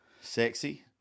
sexy